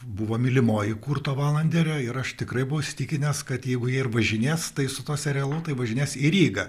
buvo mylimoji kurto valanderio ir aš tikrai buvau įsitikinęs kad jeigu jie ir važinės tai su tuo serialu tai važinės į rygą